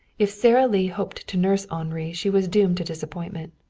if sara lee hoped to nurse henri she was doomed to disappointment.